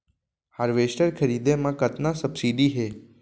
Harvester खरीदे म कतना सब्सिडी हे?